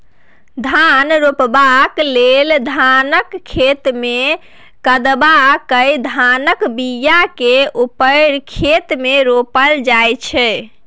धान रोपबाक लेल धानक खेतमे कदबा कए धानक बीयाकेँ उपारि खेत मे रोपल जाइ छै